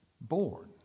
born